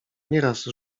nieraz